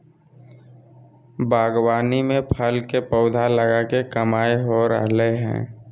बागवानी में फल के पौधा लगा के कमाई हो रहल हई